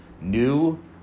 new